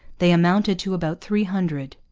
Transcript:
they amounted to about three hundred.